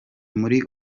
muri